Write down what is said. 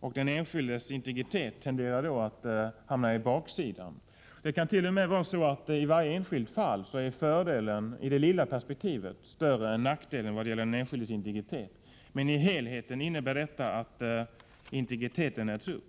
och den enskildes integritet tenderar då att hamna på baksidan. Det kan t.o.m. vara så att i varje enskilt fall fördelen i det lilla perspektivet är större än nackdelen i vad gäller den enskildes integritet, men i helheten innebär detta att integriteten ändå äts upp.